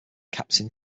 captain